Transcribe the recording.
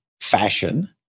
fashion